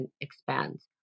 expands